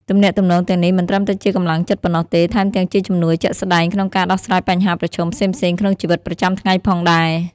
ទំនាក់ទំនងទាំងនេះមិនត្រឹមតែជាកម្លាំងចិត្តប៉ុណ្ណោះទេ ថែមទាំងជាជំនួយជាក់ស្ដែងក្នុងការដោះស្រាយបញ្ហាប្រឈមផ្សេងៗក្នុងជីវិតប្រចាំថ្ងៃផងដែរ ។